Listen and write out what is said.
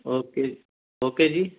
okay okay ਜੀ